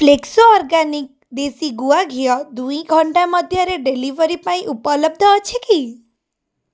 Flexo organic ଦେଶୀ ଗୁଆ ଘିଅ ଦୁଇ ଘଣ୍ଟା ମଧ୍ୟରେ ଡେଲିଭରି ପାଇଁ ଉପଲବ୍ଧ ଅଛି କି